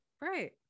Right